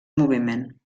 moviment